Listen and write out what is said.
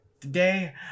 Today